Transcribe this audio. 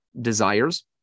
desires